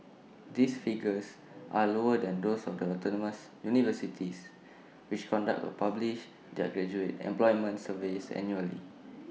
these figures are lower than those of the autonomous universities which conduct A publish their graduate employment surveys annually